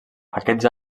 aquests